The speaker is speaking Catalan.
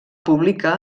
publica